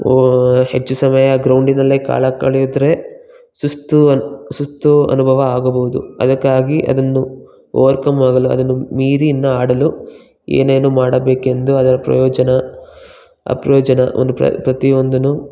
ಓ ಹೆಚ್ಚು ಸಮಯ ಗ್ರೌಂಡಿನಲ್ಲೇ ಕಾಲ ಕಳೆದ್ರೆ ಸುಸ್ತು ಅನ್ ಸುಸ್ತು ಅನುಭವ ಆಗಬೌದು ಅದಕ್ಕಾಗಿ ಅದನ್ನು ಓವರ್ ಕಮ್ ಆಗಲು ಅದನ್ನು ಮೀರಿ ಇನ್ನೂ ಆಡಲು ಏನೇನು ಮಾಡಬೇಕೆಂದು ಅದರ ಪ್ರಯೋಜನ ಅಪ್ರಯೋಜನವನ್ನು ಪ್ರತಿಯೊಂದನ್ನು